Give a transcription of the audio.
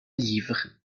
livres